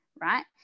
right